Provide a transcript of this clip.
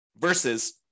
versus